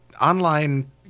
Online